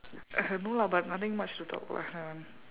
uh no lah but nothing much to talk about that one